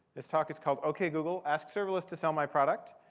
this talk is called, ok google, ask serverless to sell my product.